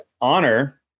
honor